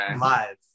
live